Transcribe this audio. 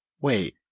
Wait